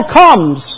comes